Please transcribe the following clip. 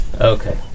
Okay